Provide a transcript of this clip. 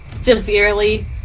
severely